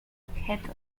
objetos